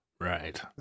Right